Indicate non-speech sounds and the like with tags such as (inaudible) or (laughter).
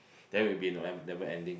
then will be (noise) never ending